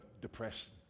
depression